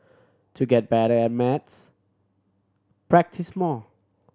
to get better at maths practise more